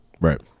Right